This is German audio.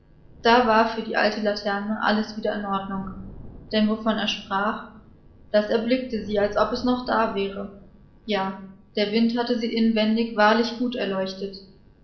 da war für die alte laterne alles wieder in ordnung denn wovon er sprach das erblickte sie als ob es noch da wäre ja der wind hatte sie inwendig wahrlich gut erleuchtet